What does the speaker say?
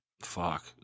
Fuck